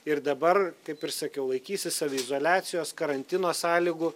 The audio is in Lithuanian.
ir dabar kaip ir sakiau laikysis saviizoliacijos karantino sąlygų